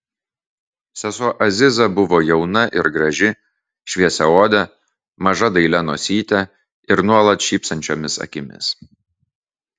sesuo aziza buvo jauna ir graži šviesiaodė maža dailia nosyte ir nuolat šypsančiomis akimis